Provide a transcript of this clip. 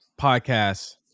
podcast